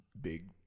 big